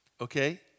okay